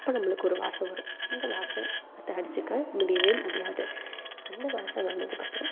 அப்போ நம்மளுக்கு ஒரு வாசம் வரும் அந்த வாசம் அதை அடிச்சிக்க முடியவே முடியாது அந்த வாசம் வந்ததுக்கப்புறம்